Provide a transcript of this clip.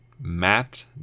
Matt